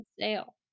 sale